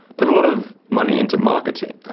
put a lot of money into marketing.